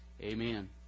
Amen